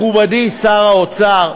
מכובדי שר האוצר,